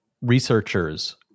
researchers